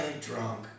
drunk